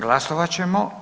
Glasovat ćemo.